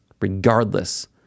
regardless